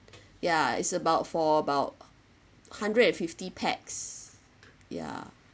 ya it's about for about hundred and fifty pax ya